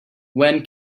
when